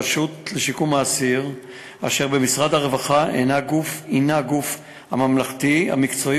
הרשות לשיקום האסיר אשר במשרד הרווחה היא הגוף הממלכתי המקצועי